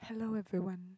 hello everyone